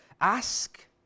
Ask